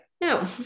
no